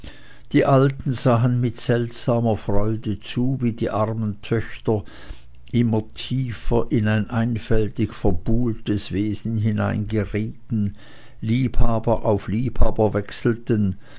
die alten sahen mit seltsamer freude zu wie die armen töchter immer tiefer in ein einfältig verbuhltes wesen hineingerieten liebhaber auf liebhaber wechselten